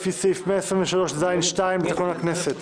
לפי סעיף 123(ז)(2) לתקנון הכנסת